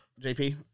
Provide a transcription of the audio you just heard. JP